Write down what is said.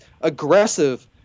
aggressive